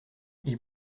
ils